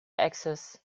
access